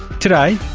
today,